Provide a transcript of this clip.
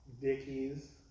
Dickies